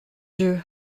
dieu